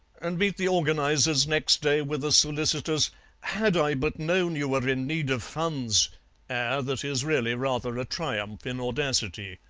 and meet the organizers next day with a solicitous had i but known you were in need of funds air that is really rather a triumph in audacity.